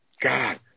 God